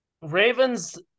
Ravens